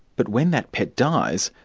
but when that pet dies,